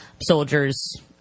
soldiers